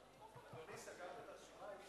אדוני, סגרת את הרשימה?